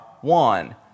one